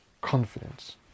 confidence